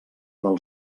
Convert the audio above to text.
del